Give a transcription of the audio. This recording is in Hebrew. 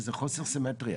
שזה חוסר סימטריה.